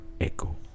echo